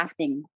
crafting